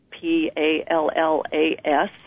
P-A-L-L-A-S